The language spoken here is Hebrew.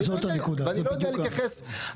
ואני לא יודע להתייחס,